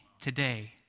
today